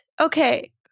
okay